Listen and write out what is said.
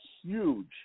huge